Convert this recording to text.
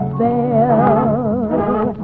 bell